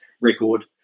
record